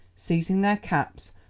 seizing their caps,